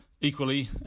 Equally